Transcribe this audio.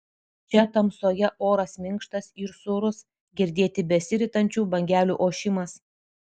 čia tamsoje oras minkštas ir sūrus girdėti besiritančių bangelių ošimas